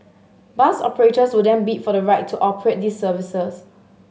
bus operators will then bid for the right to operate these services